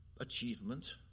achievement